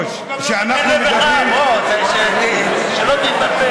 בוא, שלא תתבלבל,